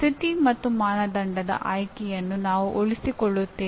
ಸ್ಥಿತಿ ಮತ್ತು ಮಾನದಂಡದ ಆಯ್ಕೆಯನ್ನು ನಾವು ಉಳಿಸಿಕೊಳ್ಳುತ್ತೇವೆ